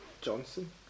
Johnson